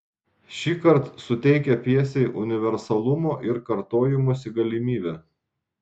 šįkart suteikia pjesei universalumo ir kartojimosi galimybę